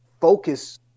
focus